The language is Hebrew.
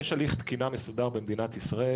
יש הליך תקינה מסודר במדינת ישראל,